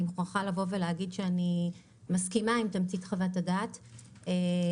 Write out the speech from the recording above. אני מסכימה עם תמצית חוות העת שראינו.